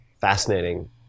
Fascinating